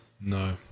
No